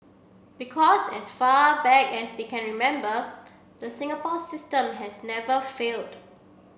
because as far back as they can remember the Singapore system has never failed